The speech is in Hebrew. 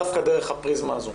דווקא דרך הפריזמה הזו.